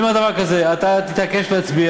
אני אומר דבר כזה: אתה תתעקש להצביע,